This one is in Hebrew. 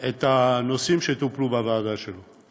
את הנושאים שטופלו בוועדה שלו.